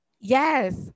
Yes